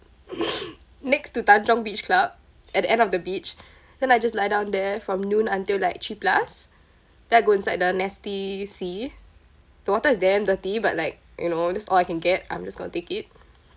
next to tanjong beach club at the end of the beach then I just lie down there from noon until like three plus then I go inside the nasty sea the water is damn dirty but like you know that's all I can get I'm just going to take it